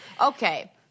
Okay